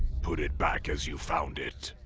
put it back as you found it!